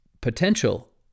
potential